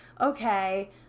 okay